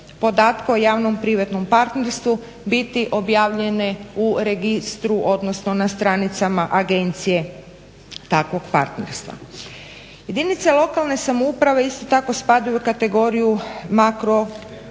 podatke o javnom privatnom partnerstvu biti objavljene u registru, odnosno na stranicama agencije takvog partnerstva. Jedinice lokalne samouprave isto tako spadaju u kategoriju makro